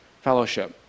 fellowship